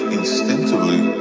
instinctively